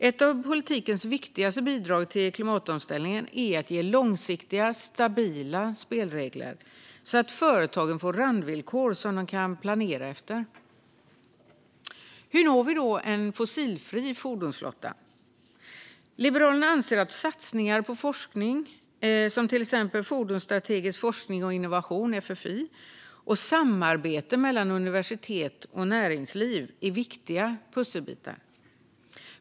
Ett av politikens viktigaste bidrag till klimatomställningen är att ge långsiktiga, stabila spelregler så att företag får randvillkor som de kan planera efter. Hur når vi då en fossilfri fordonsflotta? Liberalerna anser att satsningar på forskning som till exempel Fordonsstrategisk Forskning och Innovation, FFI, och samarbete mellan universitet och näringsliv är viktiga pusselbitar.